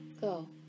go